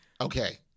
okay